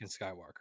Skywalker